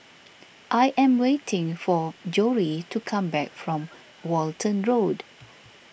I am waiting for Jory to come back from Walton Road